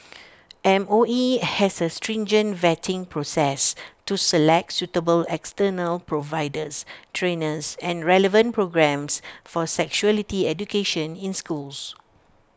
M O E has A stringent vetting process to select suitable external providers trainers and relevant programmes for sexuality education in schools